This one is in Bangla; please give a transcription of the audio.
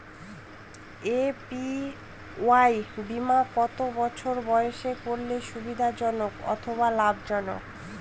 এ.পি.ওয়াই বীমা কত বছর বয়সে করলে সুবিধা জনক অথবা লাভজনক?